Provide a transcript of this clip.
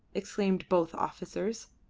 exclaimed both officers.